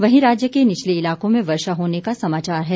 वहीं राज्य के निचले इलाकों में बर्षा होने का समाचार है